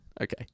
Okay